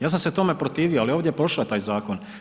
Ja sam se tome protivio, ali ovdje je prošao taj zakon.